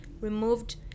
removed